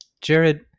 Jared